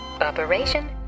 Operation